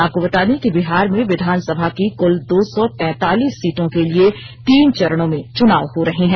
आपको बता दें कि बिहार में विधानसभा की कुल दो सौ तैंतालिस सीटों के लिए तीन चरणों में चुनाव हो रहे हैं